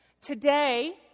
Today